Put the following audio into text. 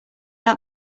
out